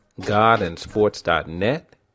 GodAndSports.net